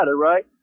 right